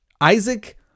Isaac